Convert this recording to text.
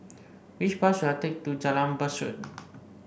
which bus should I take to Jalan Besut